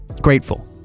grateful